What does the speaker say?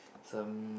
some